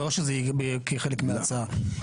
לא שזה כחלק מההצעה,